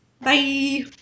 Bye